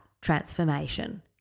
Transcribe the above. transformation